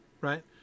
right